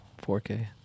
4K